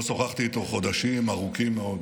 לא שוחחתי איתו חודשים ארוכים מאוד,